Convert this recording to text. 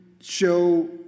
show